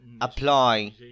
apply